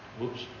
whoops